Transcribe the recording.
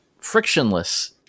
frictionless